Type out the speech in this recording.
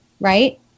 right